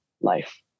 life